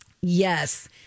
Yes